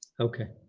okay.